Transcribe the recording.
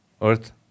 Earth